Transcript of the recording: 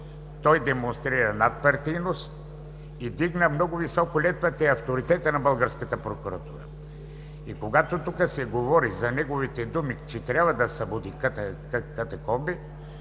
той демонстрира надпартийност и вдигна много високо летвата и авторитета на българската прокуратура. Когато тук се говори за неговите думи, че трябва да събуди КПКОНПИ,